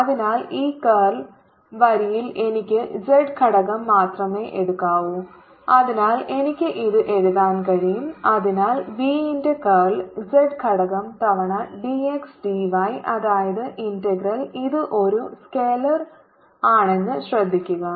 അതിനാൽ ഈ കർൾ വരിയിൽ എനിക്ക് z ഘടകം മാത്രമേ എടുക്കാവൂ അതിനാൽ എനിക്ക് ഇത് എഴുതാൻ കഴിയും അതിനാൽ v ന്റെ കർൾ z ഘടകo തവണ d x d y അതായത് ഇന്റഗ്രൽ ഇത് ഒരു സ്കെയിലർ ആണെന്ന് ശ്രദ്ധിക്കുക